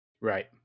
Right